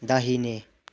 दाहिने